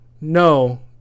no